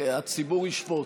הציבור ישפוט.